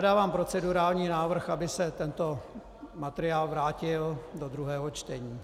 Dávám procedurální návrh, aby se tento materiál vrátil do druhého čtení.